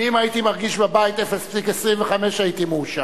אני אם אני הייתי מרגיש בבית 0.25, הייתי מאושר.